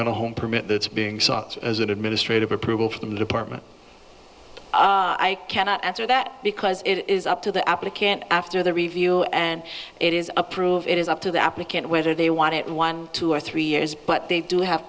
rental home permit that's being sought as an administrative approval from the department i cannot answer that because it is up to the applicant after the review and it is approved it is up to the applicant whether they want it one two or three years but they do have